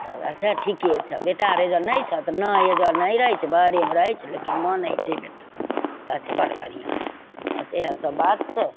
तब अच्छा ठीके छऽ बेटा आर अइजाँ नहि छऽ तऽ नहि अइजाँ नहि रहय छै बाहरेमे रहय छै लेकिन मानय छै बेटा तऽ अच्छा बड़ बढ़िआँ छौ आओर सहय सभ बात छै